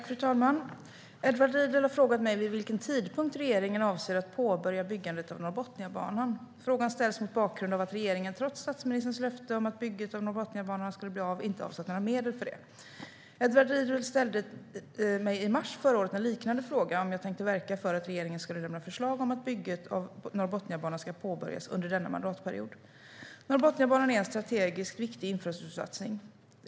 Fru talman! Edward Riedl har frågat mig vid vilken tidpunkt regeringen avser att påbörja byggandet av Norrbotniabanan. Frågan ställs mot bakgrund av att regeringen, trots statsministerns löfte om att bygget av Norrbotniabanan skulle bli av, inte avsatt några medel för det. Edward Riedl ställde mig i mars förra året en liknande fråga, om jag tänkte verka för att regeringen skulle lämna förslag om att bygget av Norrbotniabanan ska påbörjas under denna mandatperiod. Norrbotniabanan är en strategiskt viktig infrastruktursatsning.